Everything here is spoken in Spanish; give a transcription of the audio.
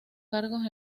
cargos